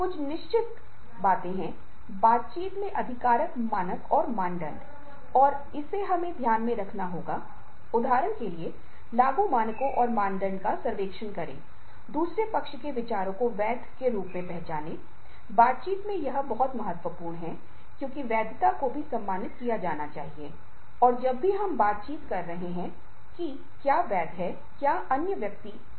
इसी तरह हम जो काम करते हैं और अगर उस साधन पर कोई खराबी आती है तो पारिवारिक जिम्मेदारियां संगठनात्मक गतिविधियों या कार्य में हस्तक्षेप कर रही हैं या यदि संगठनात्मक गतिविधियां या कार्य गतिविधियां जीवन के मामलों में हस्तक्षेप कर रही हैं तो यह घर पर और साथ ही काम पर और व्यक्ति का प्रदर्शन पर सीधे प्रभावित होगा